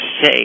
safe